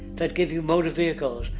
that give you motor vehicles.